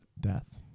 death